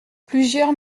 plusieurs